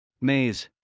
maze